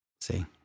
See